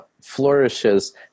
flourishes